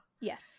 Yes